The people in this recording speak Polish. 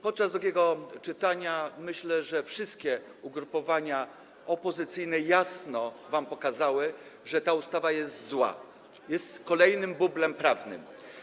Podczas drugiego czytania, myślę, wszystkie ugrupowania opozycyjne jasno wam pokazały, że ta ustawa jest zła, jest kolejnym bublem prawnym.